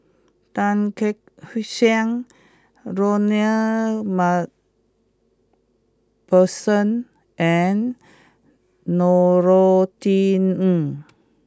Tan Kek Hiang Ronald MacPherson and Norothy Ng